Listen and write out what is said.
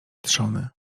trzony